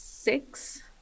six